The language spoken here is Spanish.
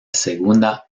segunda